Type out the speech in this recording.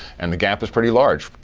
and the gap is pretty large.